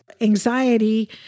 anxiety